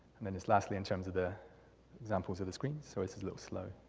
and then this, lastly, in terms of the examples of the screen, so it's a little slow.